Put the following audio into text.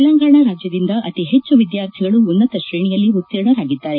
ತೆಲಂಗಾಣ ರಾಜ್ಯದಿಂದ ಅತಿ ಹೆಚ್ಚು ವಿದ್ಯಾರ್ಥಿಗಳು ಉನ್ನತ ಶ್ರೇಣಿಯಲ್ಲಿ ಉತ್ತೀರ್ಣರಾಗಿದ್ದಾರೆ